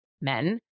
men